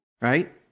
Right